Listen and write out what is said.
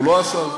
הוא לא עשה זאת.